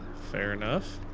fair enough.